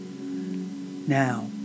Now